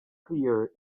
clear